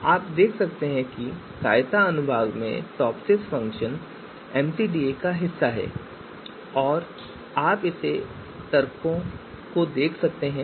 तो आप देख सकते हैं कि सहायता अनुभाग में टॉपसिस फ़ंक्शन MCDA पैकेज का हिस्सा है और आप इसके तर्कों को देख सकते हैं